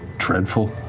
dreadful,